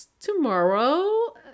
tomorrow